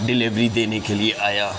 delivery دینے کے لیے آیا